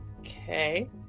Okay